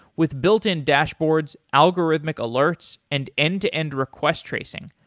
with built-in dashboards, algorithmic alerts and end-to-end request tracing,